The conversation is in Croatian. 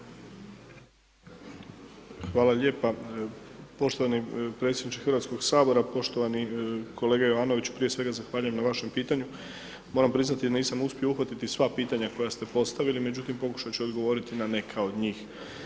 Hvala lijepa, poštovani predsjedniče Hrvatskog sabora, poštovani kolega Jovanoviću prije svega zahvaljujem na vašem pitanju, moram priznati da nisam uspio uhvatiti sva pitanja koja ste postavili, međutim pokušat ću odgovoriti na neka od njih.